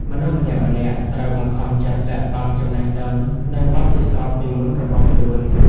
មនុស្សម្នាក់ៗត្រូវបង្ខំចិត្តលាក់បាំងចំណេះដឹង និងបទពិសោធន៍ពីមុនរបស់ខ្លួន។